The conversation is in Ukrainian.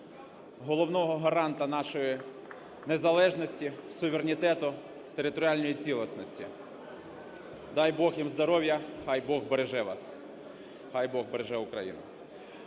головного гаранта нашої незалежності, суверенітету, територіальної цілісності. Дай Бог їм здоров'я! Хай Бог береже вас! Хай Бог береже Україну!